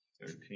Thirteen